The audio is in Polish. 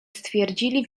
stwierdzili